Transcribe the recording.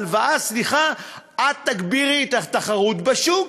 את תגבירי את התחרות בשוק.